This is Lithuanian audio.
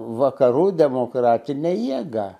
vakarų demokratinę jėgą